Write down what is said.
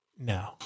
No